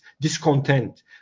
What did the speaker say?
discontent